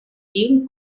film